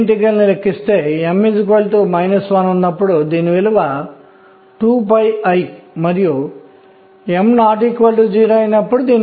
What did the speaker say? కాబట్టి ఎలక్ట్రాన్ల సంఖ్య 6 మరియు మొదలైనవి